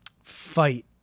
fight